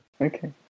okay